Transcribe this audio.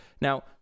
Now